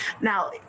Now